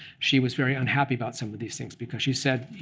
she was very unhappy about some of these things because she said,